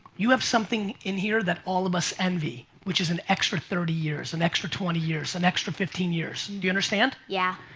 you have something in here that all of us envy which is an extra thirty years, and extra twenty years, an extra fifteen years. and do you understand? yeah.